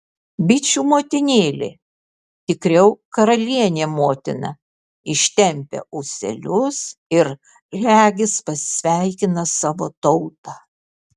bičių motinėlė tikriau karalienė motina ištempia ūselius ir regis pasveikina savo tautą